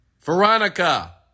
Veronica